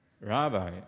Rabbi